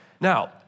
Now